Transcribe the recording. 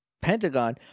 pentagon